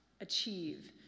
achieve